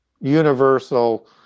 universal